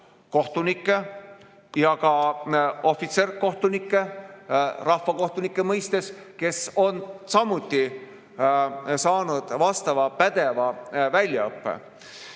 kohtunikke ja ka ohvitserkohtunikke rahvakohtunike mõistes, kes on samuti saanud vastava pädeva väljaõppe.